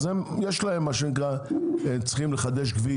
הן צריכות לחדש כביש,